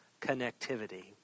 connectivity